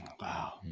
wow